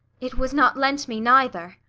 it was not lent me neither.